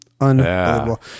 unbelievable